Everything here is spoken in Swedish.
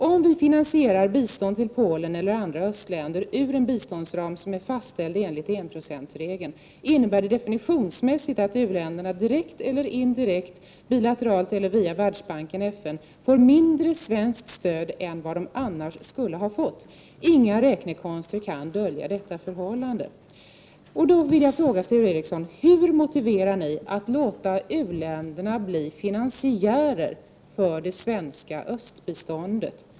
”Om vi finansierar bistånd till Polen eller andra östländer ur en biståndsram som är fastställd enligt enprocentsregeln, innebär det definitionsmässigt att u-länderna direkt eller indirekt — bilateralt eller via världsbanken/FN — får mindre svenskt stöd än vad de annars skulle ha fått. Inga räknekonster kan dölja detta förhållande.” Då vill jag fråga Sture Ericson: Hur motiverar ni det förhållandet att ni låter u-länderna bli finansiärer för det svenska östbiståndet?